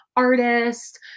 artist